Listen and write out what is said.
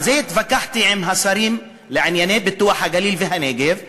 על זה התווכחתי עם השרים לפיתוח הנגב והגליל,